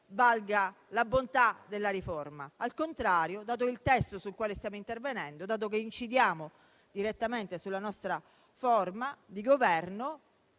valga la bontà della riforma. Al contrario, dato il testo sul quale stiamo intervenendo e dato che incidiamo direttamente sulla nostra forma di governo,